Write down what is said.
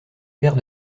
paire